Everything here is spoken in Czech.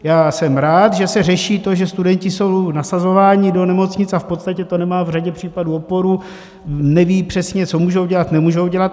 Já jsem rád, že se řeší to, že studenti jsou nasazováni do nemocnic, a v podstatě to nemá v řadě případů oporu, nevědí přesně, co můžou dělat, nemůžou dělat.